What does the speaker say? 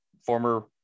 former